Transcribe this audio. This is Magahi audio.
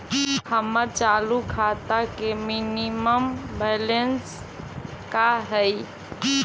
हमर चालू खाता के मिनिमम बैलेंस का हई?